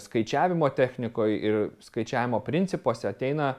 skaičiavimo technikoj ir skaičiavimo principuose ateina